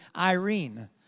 irene